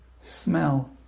smell